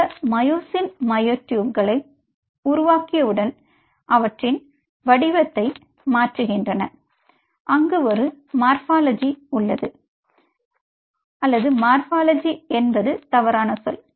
இந்த மயோசின்கள் மயோட்டூப்களை உருவாக்கியவுடன் அவற்றின் வடிவத்தை மாற்றுகின்றன அங்கு ஒரு மார்பாலஜி உள்ளது அல்லது மார்பாலஜி என்பது தவறான சொல்